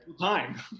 Time